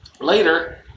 later